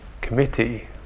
committee